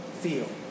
feel